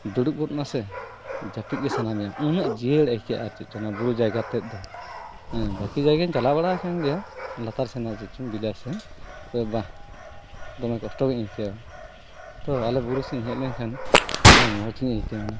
ᱫᱩᱲᱩᱵ ᱜᱚᱫ ᱱᱟᱥᱮ ᱡᱟᱹᱯᱤᱫ ᱜᱮ ᱥᱟᱱᱟ ᱢᱮᱭᱟ ᱩᱱᱟᱹᱜ ᱡᱤᱭᱟᱹᱲ ᱟᱹᱭᱠᱟᱹᱜᱼᱟ ᱪᱮᱫ ᱪᱚᱝ ᱚᱱᱟ ᱵᱩᱨᱩ ᱡᱟᱭᱜᱟ ᱛᱮᱫ ᱫᱚ ᱦᱮᱸ ᱵᱟᱹᱠᱤ ᱡᱟᱭᱜᱟᱧ ᱪᱟᱞᱟᱣ ᱵᱟᱲᱟᱣ ᱠᱟᱱ ᱜᱮᱭᱟ ᱞᱟᱛᱟᱨ ᱥᱮᱱᱟᱜ ᱪᱮᱫ ᱪᱚᱝ ᱵᱤᱞᱟᱹᱛ ᱥᱮᱫ ᱛᱚ ᱵᱟᱦ ᱫᱚᱢᱮ ᱠᱚᱥᱴᱚᱜᱮᱧ ᱟᱹᱭᱠᱟᱹᱣᱟ ᱛᱚ ᱟᱞᱮ ᱵᱩᱨᱩᱥᱮᱫ ᱤᱧ ᱦᱮᱡ ᱞᱮᱱ ᱠᱷᱟᱱ ᱫᱚᱢᱮ ᱢᱚᱡᱽ ᱤᱧ ᱟᱹᱭᱠᱟᱹᱣ ᱱᱟ